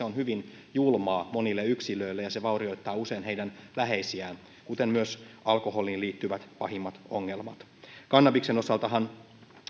on hyvin julmaa monille yksilöille ja se vaurioittaa usein heidän läheisiään kuten myös alkoholiin liittyvät pahimmat ongelmat kannabiksen osaltahan